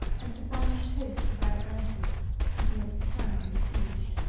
and the famished host of radagaisus was in its turn besieged.